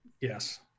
Yes